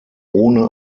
ohne